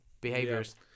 behaviors